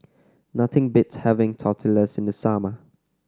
nothing beats having Tortillas in the summer